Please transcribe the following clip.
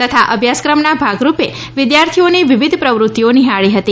તથા અભ્યાસક્રમના ભાગરૂપે વિદ્યાર્થીઓને વિવિધ પ્રવૃત્તિઓને નિહાળી હતી